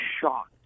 shocked